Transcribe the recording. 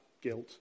guilt